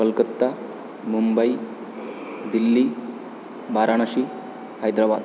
Kolkata Mumbai Delhi Varanasi Hyderabad